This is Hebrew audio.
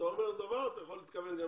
אבל המינהלת לא סופרת את החיילות.